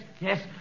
yes